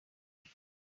rate